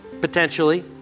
potentially